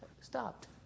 stopped